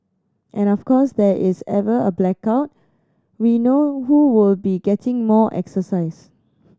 and of course there is ever a blackout we know who will be getting more exercise